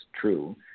true